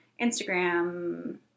Instagram